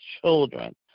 children